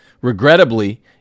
Regrettably